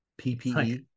ppe